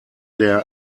der